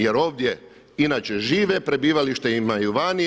Jer ovdje inače žive, prebivalište imaju vani.